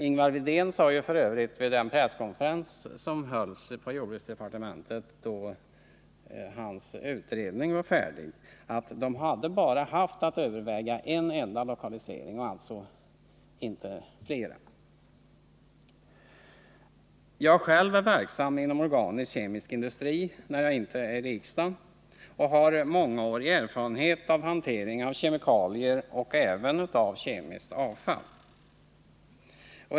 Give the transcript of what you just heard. Ingvar Widén sade ju f. ö. vid den presskonferens som hölls på jordbruksdepartementet, då hans utredning var färdig, att man bara hade haft att överväga en enda lokalisering och alltså inte flera. Jag är själv verksam inom organisk-kemisk industri, när jag inte är här i riksdagen, och har mångårig erfarenhet av hantering av kemikalier och även kemiskt avfall.